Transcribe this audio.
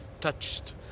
touched